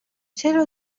چرا